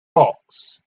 box